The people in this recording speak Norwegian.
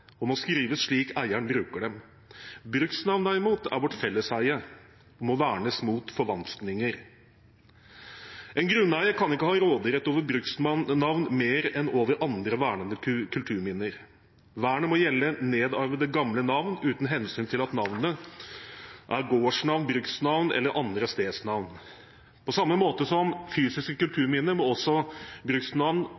og må skrives slik eieren bruker dem. Bruksnavn, derimot, er vårt felleseie og må vernes mot forvanskninger. En grunneier kan ikke ha råderett over bruksnavn mer enn over andre vernede kulturminner. Vernet må gjelde nedarvede, gamle navn, uten hensyn til at navnet er gårdsnavn, bruksnavn eller andre stedsnavn. På samme måte som med fysiske kulturminner må også bruksnavn